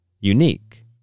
unique